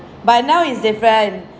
but now is different